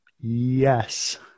Yes